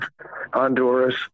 Honduras